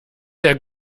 der